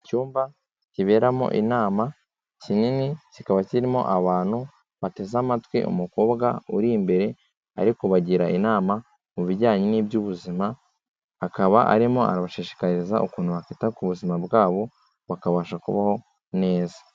Icyumba kiberamo inama kinini, kikaba kirimo abantu bateze amatwi, umukobwa uri imbere ari kubagira inama mu bijyanye n'iby'ubuzima, akaba arimo arabashishikariza ukuntu bakita ku buzima bwabo, bakabasha kubaho neza.